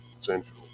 Central